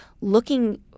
looking